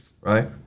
Right